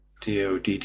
DODD